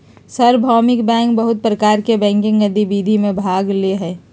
सार्वभौमिक बैंक बहुत प्रकार के बैंकिंग गतिविधि में भाग ले हइ